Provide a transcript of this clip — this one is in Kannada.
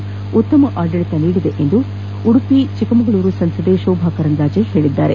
ದೇಶಕ್ಕೆ ಉತ್ತಮ ಆಡಳಿತ ನೀಡಿದೆ ಎಂದು ಉಡುಪಿ ಚಿಕ್ಕಮಗಳೂರು ಸಂಸದೆ ಶೋಭಾ ಕರಂದ್ಲಾಜೆ ಹೇಳಿದ್ದಾರೆ